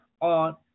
On